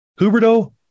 Huberto